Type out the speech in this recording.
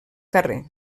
carrer